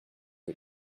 que